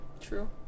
True